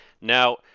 Now